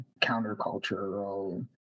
countercultural